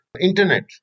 internet